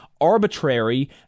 arbitrary